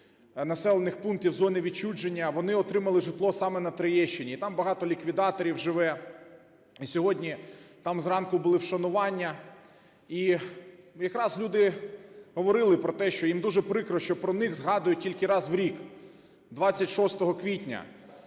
населених пунктів зони відчуження, вони отримали житло саме на Троєщині, і там багато ліквідаторів живе. І сьогодні там зранку були вшанування. І якраз люди говорили про те, що їм дуже прикро, що про них згадують тільки раз у рік – 26 квітня.